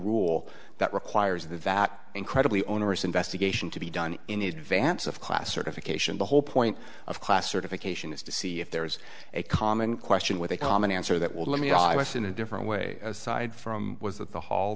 rule that requires the vast incredibly onerous investigation to be done in advance of class certification the whole point of class certification is to see if there is a common question with a common answer that will let me know i was in a different way aside from was that the hall